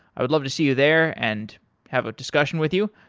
i would love to see you there and have a discussion with you.